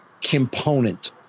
component